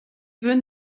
würden